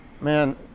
Man